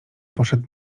poszedł